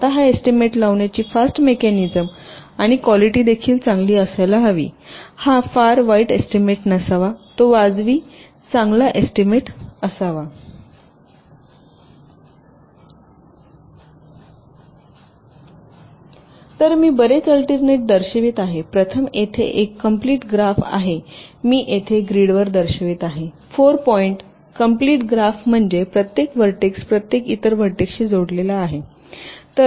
आता हा एस्टीमेट लावण्याची फास्ट मेकॅनिझम आणि क्वालिटी देखील चांगली असायला हवी हा फार वाईट एस्टीमेट नसावा तो वाजवी चांगला एस्टीमेट असावा तर मी बरेच अल्टर्नेट दर्शवित आहे प्रथम येथे एक कंप्लिट ग्राफ आहे मी येथे ग्रीडवर दर्शवित आहे 4 पॉईंट कंप्लिट ग्राफ म्हणजे प्रत्येक व्हर्टेक्स प्रत्येक इतर व्हर्टेक्सशी जोडलेला आहे